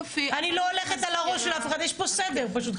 אני לא הולכת על הראש של אף אחד, יש פה סדר פשוט.